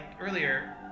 earlier